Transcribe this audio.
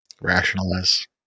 rationalize